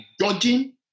judging